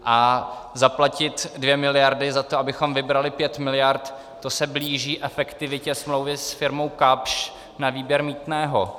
A zaplatit 2 miliardy za to, abychom vybrali 5 miliard, to se blíží efektivitě smlouvy s firmou Kapsch na výběr mýtného.